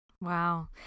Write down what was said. Wow